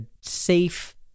safe